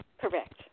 Correct